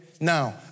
Now